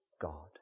God